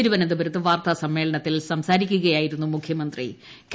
തിരുവനന്തപുരത്ത് വാർത്താസമ്മേളനത്തിൽ സംസാരിക്കുകയായിരുന്നു അദ്ദേഹം